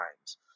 times